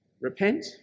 Repent